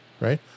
right